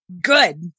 Good